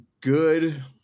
good